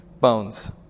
bones